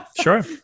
sure